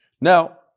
Now